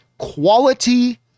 quality